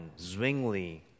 Zwingli